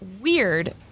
weird